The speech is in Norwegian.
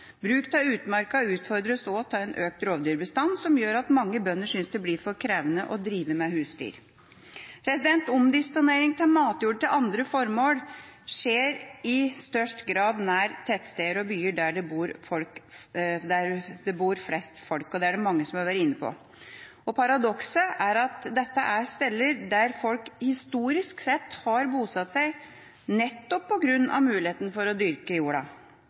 Bruk av utmarka utfordres også av en økt rovdyrbestand, som gjør at mange bønder synes det blir for krevende å drive med husdyr. Omdisponering av matjord til andre formål skjer i størst grad nær tettsteder og byer der det bor flest folk. Det er det mange som har vært inne på. Paradokset er at dette er steder der folk historisk sett har bosatt seg nettopp på grunn av muligheten for å dyrke jorda.